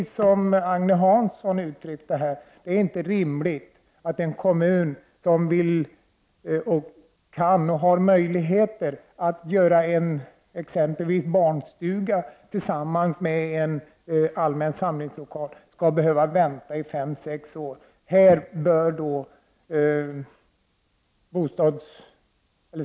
Som Agne Hansson uttryckte det är det inte rimligt att en kommun som har möjligheter att bygga exempelvis en barnstuga tillsammans med en allmän samlingslokal skall behöva vänta fem till sex år på bidrag till detta.